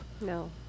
No